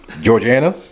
Georgiana